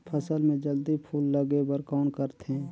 फसल मे जल्दी फूल लगे बर कौन करथे?